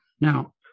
Now